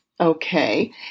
Okay